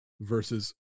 versus